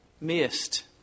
missed